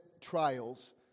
trials